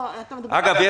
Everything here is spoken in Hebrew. אגב,